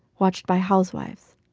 watched by housewives.